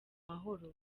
mahoro